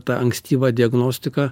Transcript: ta ankstyva diagnostika